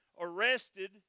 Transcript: arrested